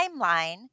timeline